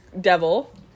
devil